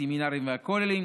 הסמינרים והכוללים.